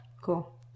Cool